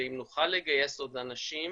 ואם נוכל לגייס עוד אנשים